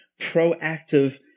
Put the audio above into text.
proactive